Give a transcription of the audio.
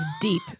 deep